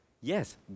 Yes